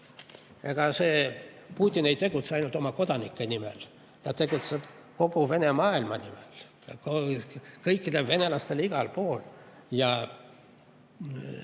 Ega Putin ei tegutse ainult oma kodanike nimel. Ta tegutseb kogu vene maailma nimel, kõikidele venelastele igal pool ja